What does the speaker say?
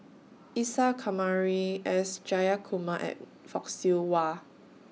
Isa Kamari S Jayakumar and Fock Siew Wah